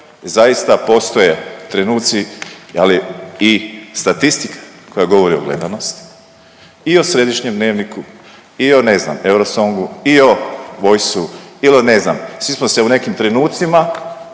Zaista postoje trenuci, ali i statistika koja govori o gledanosti i o središnjem dnevniku i o ne znam Eurosongu i o Voiceu ili ne znam svi smo se u nekim trenucima